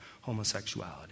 homosexuality